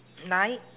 like